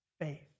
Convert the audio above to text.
faith